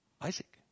Isaac